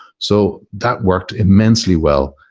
so that worked immensely well,